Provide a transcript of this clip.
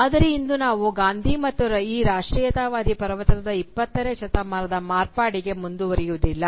ಆದರೆ ಇಂದು ನಾವು ಗಾಂಧಿ ಮತ್ತು ಈ ರಾಷ್ಟ್ರೀಯತಾವಾದಿ ಪ್ರವಚನದ 20 ನೇ ಶತಮಾನದ ಮಾರ್ಪಾಡಿಗೆ ಮುಂದುವರಿಯುವುದಿಲ್ಲ